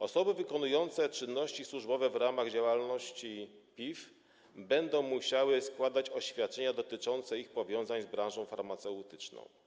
Osoby wykonujące czynności służbowe w ramach działalności PIF będą musiały składać oświadczenia dotyczące ich powiązań z branżą farmaceutyczną.